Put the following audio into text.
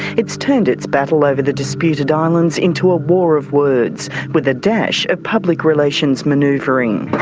it's turned its battle over the disputed ah islands into a war of words with a dash of public relations manoeuvring.